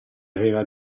aveva